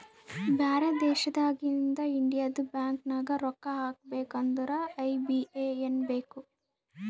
ಬ್ಯಾರೆ ದೇಶನಾಗಿಂದ್ ಇಂಡಿಯದು ಬ್ಯಾಂಕ್ ನಾಗ್ ರೊಕ್ಕಾ ಹಾಕಬೇಕ್ ಅಂದುರ್ ಐ.ಬಿ.ಎ.ಎನ್ ಬೇಕ್